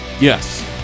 yes